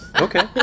Okay